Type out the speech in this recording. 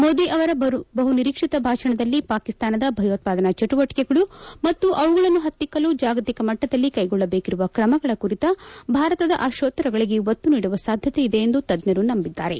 ಮೋದಿ ಅವರ ಬಹುನಿರೀಕ್ಷಿತ ಭಾಷಣದಲ್ಲಿ ಪಾಕಿಸ್ತಾನದ ಭಯೋತ್ಪಾದನಾ ಚಟುವಟಿಕೆಗಳು ಮತ್ತು ಅವುಗಳನ್ನು ಪತ್ತಿಕ್ಕಲು ಜಾಗತಿಕ ಮಟ್ಟದಲ್ಲಿ ಕೈಗೊಳ್ಳಬೇಕಿರುವ ತ್ರಮಗಳ ಕುರಿತ ಭಾರತದ ಆಶೋತ್ತರಗಳಿಗೆ ಒತ್ತು ನೀಡುವ ಸಾಧ್ಯತೆಯಿದೆ ಎಂದು ತಜ್ಞರು ನಂಬಿದ್ದಾರೆ